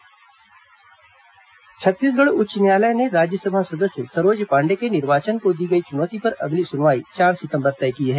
high court Saroj Pandey Chhattisgarh उच्च न्यायालय ने राज्यसभा सदस्य सरोज पांडेय के निर्वाचन को दी गई चुनौती पर अगली सुनवाई चार सितंबर तय की है